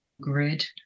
grid